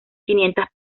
quinientas